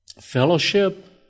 fellowship